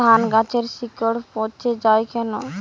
ধানগাছের শিকড় পচে য়ায় কেন?